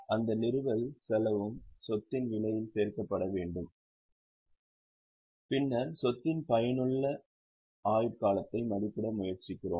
அந்த நிறுவல் செலவும் சொத்தின் விலையில் சேர்க்கப்பட வேண்டும் பின்னர் சொத்தின் பயனுள்ள ஆயுட்காலத்தை மதிப்பிட முயற்சிக்கிறோம்